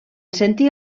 sentir